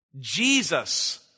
Jesus